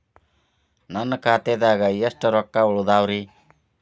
ನನ್ನ ಖಾತೆದಾಗ ಎಷ್ಟ ರೊಕ್ಕಾ ಉಳದಾವ್ರಿ?